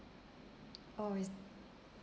oh it's